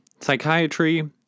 Psychiatry